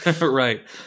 Right